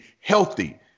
healthy